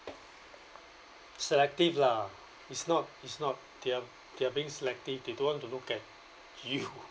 selective lah it's not it's not they are they are being selective they don't want to look at you